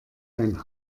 ein